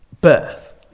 birth